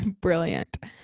Brilliant